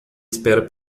espera